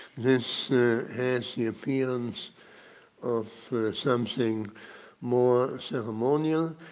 this has the appearance of something more ceremonial,